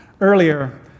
Earlier